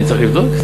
אני צריך לבדוק.